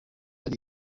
ari